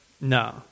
No